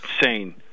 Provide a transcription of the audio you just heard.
insane